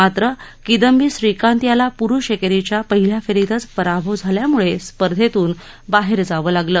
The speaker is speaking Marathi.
मात्र किंदबी श्रीकांत याला पुरुष एकेरीच्या पहिल्या फेरीतचं पराभव झाल्यामुळे स्पर्धेतून बाहेर जावं लागलं